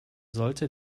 sollte